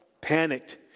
panicked